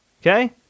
Okay